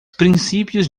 princípios